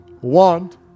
want